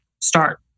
start